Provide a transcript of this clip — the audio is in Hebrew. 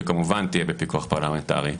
שכמובן תהיה בפיקוח פרלמנטרי,